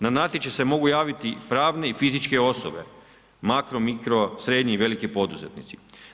Na natječaj se mogu javiti pravne i fizičke osobe, makro, mikro, srednji i veliki poduzetnici.